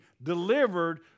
delivered